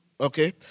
Okay